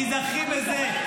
תיזכרי בזה.